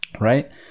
right